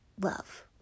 love